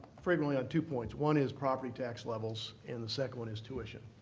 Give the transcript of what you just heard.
frequently on two points. one is property tax levels, and the second one is tuition.